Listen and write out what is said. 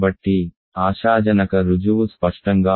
కాబట్టి ఆశాజనక రుజువు స్పష్టంగా ఉంది